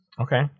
Okay